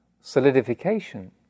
solidification